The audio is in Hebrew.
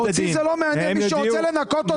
מי שרוצה לנכות אותה.